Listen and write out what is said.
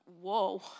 whoa